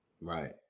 Right